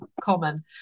common